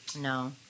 No